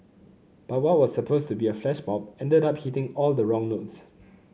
but what was supposed to be a flash mob ended up hitting all the wrong notes